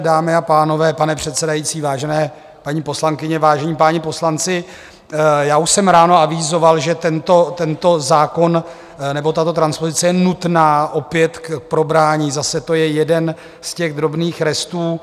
Dámy a pánové, pane předsedající, vážené paní poslankyně, vážení páni poslanci, já už jsem ráno avizoval, že tento zákon nebo tato transpozice je nutná opět k probrání, zase to je jeden z těch drobných restů.